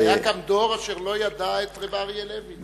היה גם דור שלא ידע את הרב אריה לוין.